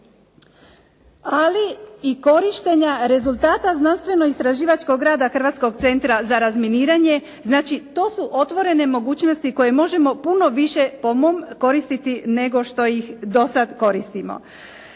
ali i korištenja rezultata znanstveno-istraživačkog rada Hrvatskog centra za razminiranje. Znači, to su otvorene mogućnosti koje možemo puno više po mom koristiti nego što ih do sad koristimo.